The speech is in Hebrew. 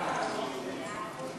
זה לא נתן.